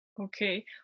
okay